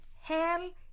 Hell